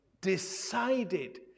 decided